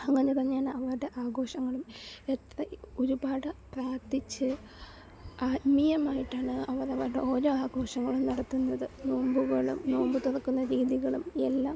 അങ്ങനെത്തന്നെയാണ് അവരുടെ ആഘോഷങ്ങളും എത്ര ഒരുപാട് പ്രാർത്ഥിച്ച് ആത്മീയമായിട്ടാണ് അവർ അവരുടെ ഓരോ ആഘോഷങ്ങളും നടത്തുന്നത് നോമ്പുകളും നോമ്പ് തുറക്കുന്ന രീതികളും എല്ലാം